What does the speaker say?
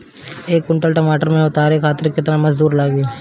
एक कुंटल टमाटर उतारे खातिर केतना मजदूरी लागी?